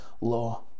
law